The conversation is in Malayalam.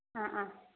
ആ ആ